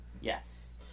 Yes